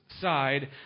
side